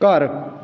ਘਰ